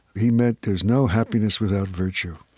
he meant there's no happiness without virtue.